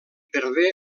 perdé